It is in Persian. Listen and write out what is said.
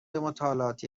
مطالعاتی